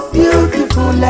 beautiful